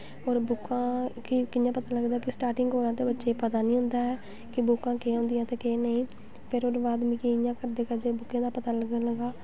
और बुक्कां कि कि'यां पता लगदा स्टार्टिंग च बच्चे गी पता निं होंदा ऐ कि बुक्कां केह् होंदियां ते केह् नेईं फिर इ'यां करदे करदे मिगी बुक्कें दा पता लग्गन लग्गा